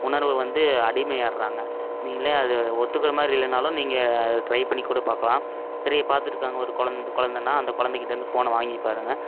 உணர்வு வந்து அடிமை ஆயிடுறாங்க நீங்களே அது ஒத்துக்கிற மாதிரி இல்லைன்னாலும் நீங்கள் அது ட்ரை பண்ணி கூட பார்க்கலாம் திரையை பார்த்துட்டு இருக்காங்க ஒரு குழந் குழந்தனா அந்த குழந்தைக்கிட்டேருந்து ஃபோனை வாங்கி பாருங்க